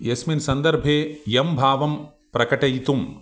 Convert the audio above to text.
यस्मिन् सन्दर्भे यं भावं प्रकटयितुम्